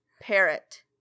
Parrot